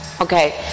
Okay